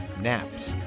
naps